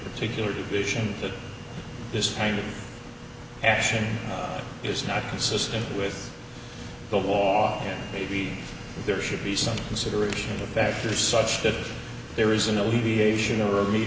particular vision that this kind of action is not consistent with the law maybe there should be some consideration of factors such that there isn't a levy asian or a